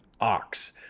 ox